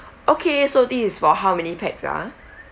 okay so this is for how many pax ah